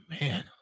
man